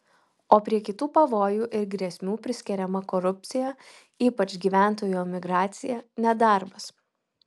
o prie kitų pavojų ir grėsmių priskiriama korupcija ypač gyventojų emigracija nedarbas